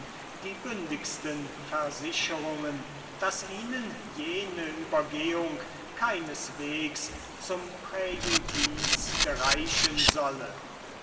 die bündigsten versicherungen daß ihnen jene übergehung keineswegs zum präjudiz gereichen solle